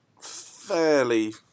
fairly